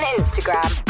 Instagram